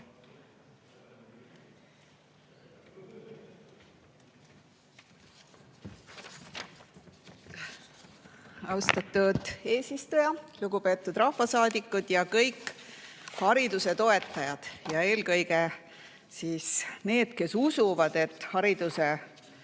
Austatud eesistuja! Lugupeetud rahvasaadikud ja kõik hariduse toetajad! Eelkõige need, kes usuvad, et hariduse ja